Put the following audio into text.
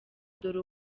dore